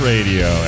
Radio